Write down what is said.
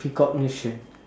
precognition